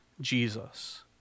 Jesus